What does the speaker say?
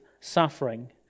suffering